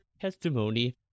testimony